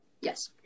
Yes